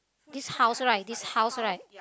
this house right this house right